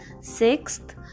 sixth